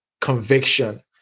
conviction